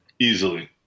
Easily